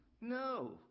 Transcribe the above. No